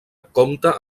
compta